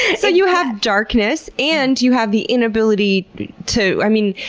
so, you have darkness and you have the inability to, i mean,